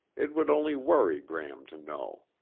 it would only worry gram to know.